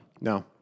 No